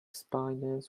spiders